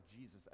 Jesus